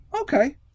okay